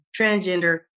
transgender